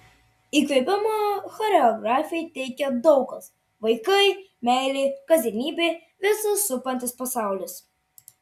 įkvėpimą choreografei teikia daug kas vaikai meilė kasdienybė visas supantis pasaulis